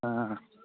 ꯑ